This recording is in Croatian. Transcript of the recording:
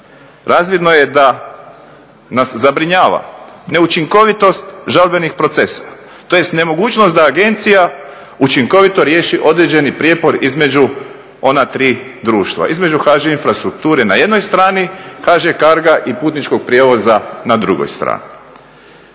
razvidno je da nas zabrinjava neučinkovitost žalbenih procesa tj. nemogućnost da agencija učinkovito riješi određeni prijepor između ona tri društva, između HŽ Infrastrukture na jednoj strani, HŽ Cargo-a i Putničkog prijevoza na drugoj strani.